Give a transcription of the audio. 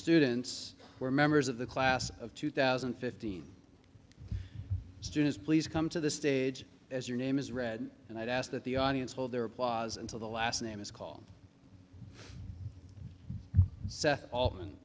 students were members of the class of two thousand and fifteen students please come to the stage as your name is read and i'd ask that the audience hold their applause until the last name is call seth altman